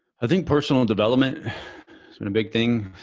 i think personal development i mean and big thing.